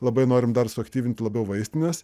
labai norime dar suaktyvinti labiau vaistines